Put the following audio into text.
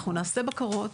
אנחנו נעשה בקרות,